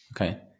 Okay